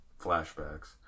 flashbacks